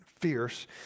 fierce